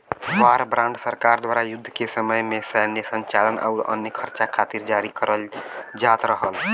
war bond सरकार द्वारा युद्ध के समय में सैन्य संचालन आउर अन्य खर्चा खातिर जारी करल जात रहल